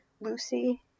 Lucy